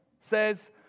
says